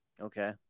Okay